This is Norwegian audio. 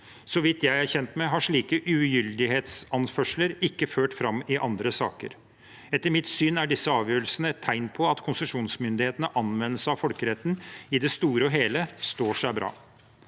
Så vidt jeg er kjent med, har slike ugyldighetsanførsler ikke ført fram i andre saker. Etter mitt syn er disse avgjørelsene et tegn på at konsesjonsmyndighetenes anvendelse av folkeretten i det store og hele står seg bra.